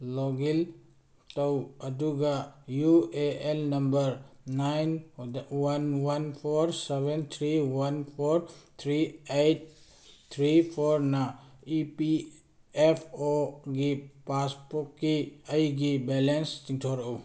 login ꯇꯧ ꯑꯗꯨꯒ U A N number nine one one four seven three one four three eight three ꯐꯣꯔꯅ E P F ꯑꯣꯒꯤ ꯄꯥꯁꯕꯨꯛꯀꯤ ꯑꯩꯒꯤ balance ꯆꯤꯡꯊꯣꯔꯛꯎ